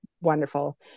wonderful